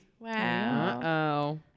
wow